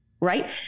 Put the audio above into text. right